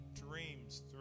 dreams